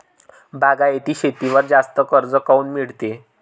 बागायती शेतीवर जास्त कर्ज काऊन मिळते?